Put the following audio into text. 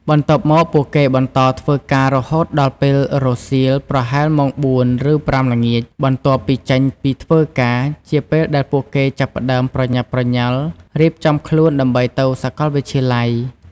បន្ទាប់មក ពួកគេបន្ត ធ្វើការរហូតដល់ពេលរសៀល ប្រហែលម៉ោង ៤ ឬ ៥ ល្ងាច បន្ទាប់ពីចេញពីធ្វើការ ជាពេលដែលពួកគេចាប់ផ្តើមប្រញាប់ប្រញាល់រៀបចំខ្លួនដើម្បីទៅសាកលវិទ្យាល័យ។